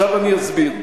עכשיו אני אסביר.